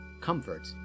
comfort